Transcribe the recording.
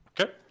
Okay